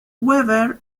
weaver